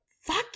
fuck